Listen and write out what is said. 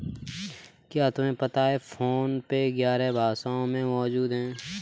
क्या तुम्हें पता है फोन पे ग्यारह भाषाओं में मौजूद है?